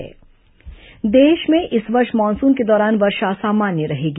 monsoon देश में इस वर्ष मानसून के दौरान वर्षा सामान्य रहेगी